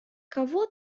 кого